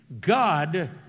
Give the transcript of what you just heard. God